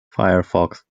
firefox